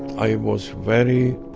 i was very